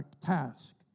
task